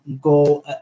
go